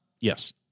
Yes